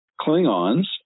Klingons